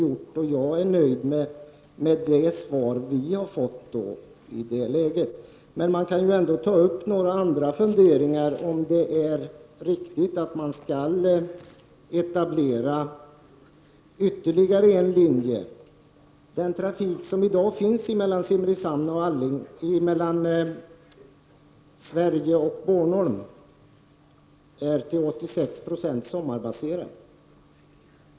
Jag är nöjd med det svar vi har fått i det läget. Men det går ändå att ta upp några andra funderingar om huruvida det är riktigt att man skall etablera ytterligare en linje. Den trafik som i dag finns mellan Sverige och Bornholm är till 86 Zo sommarbaserad.